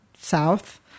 south